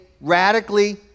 radically